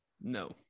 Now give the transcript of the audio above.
No